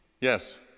Yes